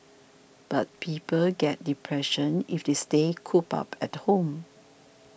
but people get depression if they stay cooped up at home